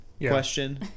question